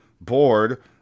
board